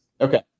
Okay